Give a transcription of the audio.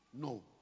No